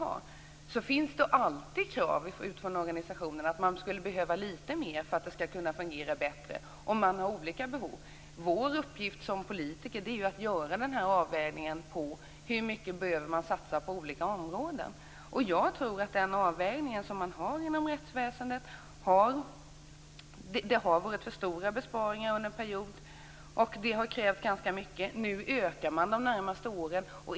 Då finns det alltid krav utifrån organisationerna på att man behöver lite mer för att det skall fungera bättre. Man har olika behov. Vår uppgift som politiker är att avväga hur mycket man behöver satsa på olika områden. Jag tror att den avvägning som gjorts när det gäller rättsväsendet har inneburit för stora besparingar under en period, och det har krävt ganska mycket. Nu ökar man resurserna de närmaste åren.